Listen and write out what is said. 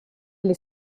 gli